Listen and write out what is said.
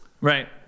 right